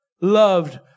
loved